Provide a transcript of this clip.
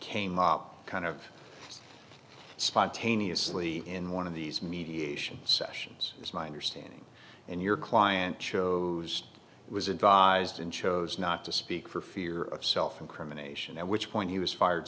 came up kind of spontaneously in one of these mediation sessions is my understanding and your client chose was advised and chose not to speak for fear of self incrimination at which point he was fired